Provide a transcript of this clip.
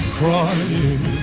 crying